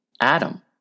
Adam